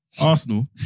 Arsenal